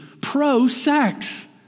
pro-sex